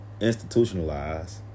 institutionalized